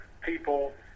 people